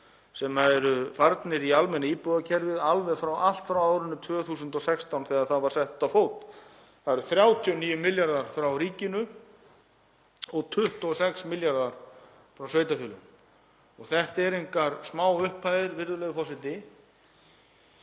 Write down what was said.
sem eru farnir í almenna íbúðakerfið allt frá árinu 2016 þegar það var sett á fót. Það eru 39 milljarðar frá ríkinu og 26 milljarðar frá sveitarfélögum. Þetta eru engar smáupphæðir, virðulegur forseti,